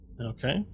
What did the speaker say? Okay